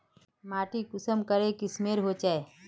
माटी कुंसम करे किस्मेर होचए?